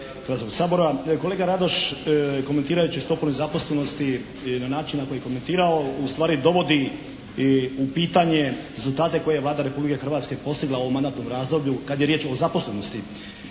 Kolega Radoš komentirajući stopu nezaposlenosti na način na koji je komentirao ustvari dovodi i u pitanje rezultate koje je Vlada Republike Hrvatske postigla u ovom mandatnom razdoblju kada je riječ o zaposlenosti.